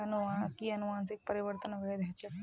कि अनुवंशिक परिवर्तन वैध ह छेक